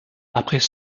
après